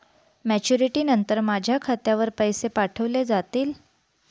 Maturity नंतर माझ्या खात्यावर पैसे पाठविले जातील?